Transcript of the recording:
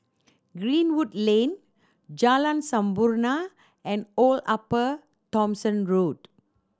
Greenwood Lane Jalan Sampurna and Old Upper Thomson Road